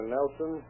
Nelson